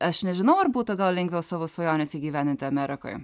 aš nežinau ar būtų gal lengviau savo svajones įgyvendinti amerikoj